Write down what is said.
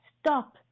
stop